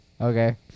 Okay